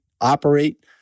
operate